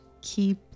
keep